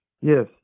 Yes